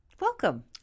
Welcome